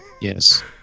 Yes